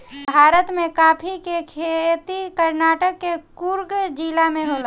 भारत में काफी के खेती कर्नाटक के कुर्ग जिला में होला